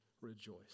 rejoice